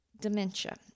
dementia